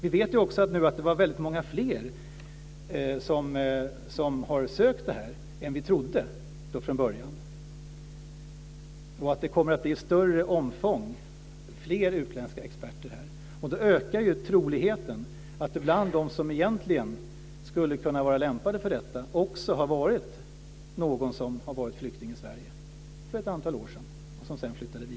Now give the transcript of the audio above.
Vi vet nu också att det är väldigt många fler som har ansökt om detta än vi trodde från början. Det kommer att bli ett större omfång, fler utländska experter. Då ökar troligheten att det bland dem som egentligen skulle kunna vara lämpade för detta också finns någon som har varit flykting i Sverige för ett antal år sedan och sedan flyttat vidare.